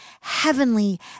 heavenly